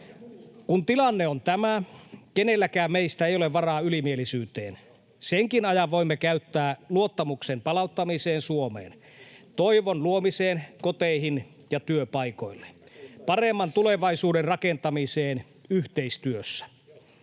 Kun tilanne on tämä, kenelläkään meistä ei ole varaa ylimielisyyteen. Senkin ajan voimme käyttää luottamuksen palauttamiseen Suomeen, toivon luomiseen koteihin ja työpaikoille, [Antti Kaikkonen: Se kuulostaa